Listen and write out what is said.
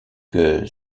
que